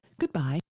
Goodbye